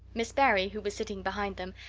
miss barry, who was sitting behind them,